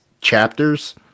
chapters